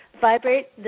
vibrate